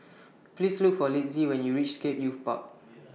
Please Look For Litzy when YOU REACH Scape Youth Park